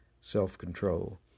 self-control